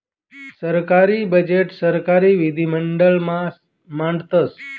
सरकारी बजेट सरकारी विधिमंडळ मा मांडतस